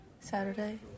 Saturday